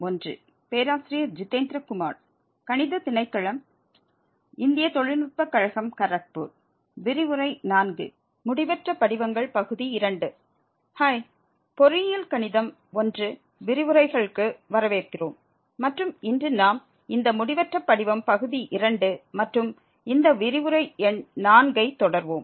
high பொறியியல் கணிதம் 1 விரிவுரைக்கு வரவேற்கிறோம் மற்றும் இன்று நாம் இந்த முடிவற்ற படிவம் பகுதி 2 மற்றும் இந்த விரிவுரை எண் 4 ஐ தொடர்வோம்